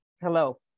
hello